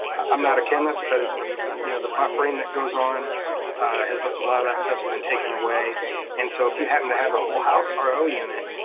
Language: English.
i'm not a chemist, but it's the you know the buffering that goes on as a lot of that stuff's been taken away and so if you happen to have a whole house ah ro unit,